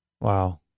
Wow